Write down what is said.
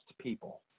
people